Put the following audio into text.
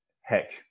Heck